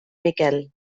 miquel